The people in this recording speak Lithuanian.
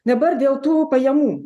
dabar dėl tų pajamų